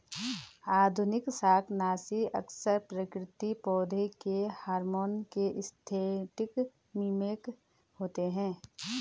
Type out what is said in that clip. आधुनिक शाकनाशी अक्सर प्राकृतिक पौधों के हार्मोन के सिंथेटिक मिमिक होते हैं